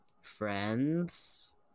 friends